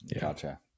Gotcha